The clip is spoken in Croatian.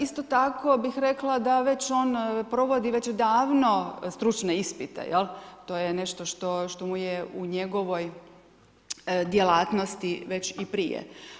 Isto tako, bih rekla da već on provodi već davno stručno ispite, jel, to je nešto što mu je u njegovoj djelatnosti već i prije.